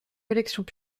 collections